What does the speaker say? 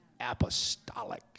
Apostolic